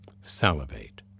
Salivate